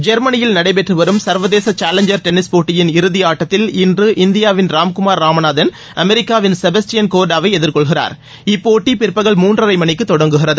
ஜெர்மனியில் நடைபெற்று வரும் சர்வதேச சேலஞ்சர் டென்னிஸ் போட்டியின் இறுதியாட்டத்தில் இன்று இந்தியாவின் ராம்குமார் ராமநாதன் அமெரிக்காவின் செபஸ்டியன் கோர்டாவை எதிர்கொள்கிறார் இப்போட்டி பிற்பகல் மூன்றரை மணிக்கு தொடங்குகிறது